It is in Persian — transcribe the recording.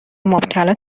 مبتلا